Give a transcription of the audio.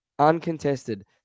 uncontested